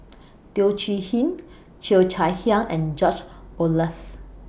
Teo Chee Hean Cheo Chai Hiang and George Oehlers